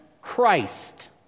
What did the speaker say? christ